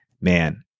man